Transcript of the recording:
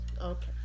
Okay